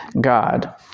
God